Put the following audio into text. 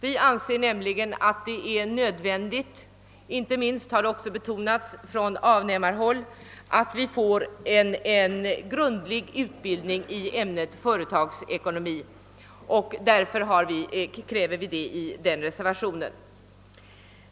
Vi anser det nämligen nödvändigt — och det har även betonats från avnämarhåll — att det sker en grundlig utbildning i ämnet företagsekonomi. Därför kräver vi detta i den första reservationen.